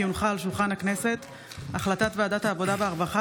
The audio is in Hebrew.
כי הונחה על שולחן הכנסת הצעת ועדת העבודה והרווחה